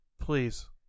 Please